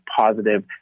positive